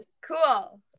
Cool